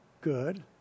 good